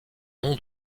nom